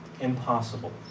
impossible